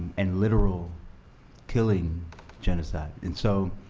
and literal killing genocide. and so,